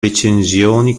recensioni